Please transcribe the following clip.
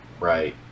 right